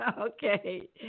Okay